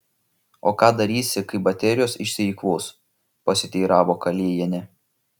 o ką darysi kai baterijos išsieikvos pasiteiravo kalėjienė